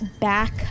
back